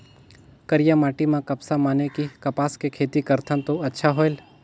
करिया माटी म कपसा माने कि कपास के खेती करथन तो अच्छा होयल?